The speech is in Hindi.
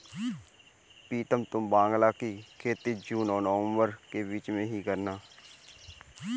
प्रीतम तुम बांग्ला की खेती जून और नवंबर के बीच में ही करना